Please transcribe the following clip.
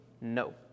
no